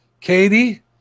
Katie